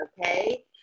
Okay